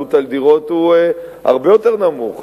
הבעלות על דירות בהן הוא הרבה יותר נמוך.